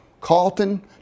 carlton